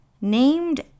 named